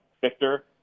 Victor